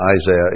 Isaiah